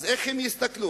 אז איך הם יסתכלו?